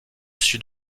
sud